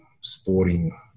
Sporting